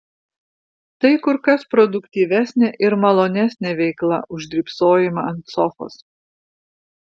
tai kur kas produktyvesnė ir malonesnė veikla už drybsojimą ant sofos